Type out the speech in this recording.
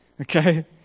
Okay